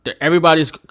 everybody's